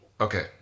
okay